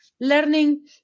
learning